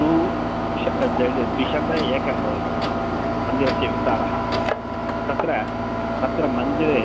two द्विशतम् acre भवति मन्दिरस्य विस्तारः तत्र तत्र मन्दिरे